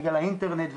בגלל האינטרנט וכו',